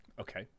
Okay